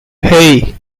hey